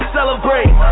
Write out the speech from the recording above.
celebrate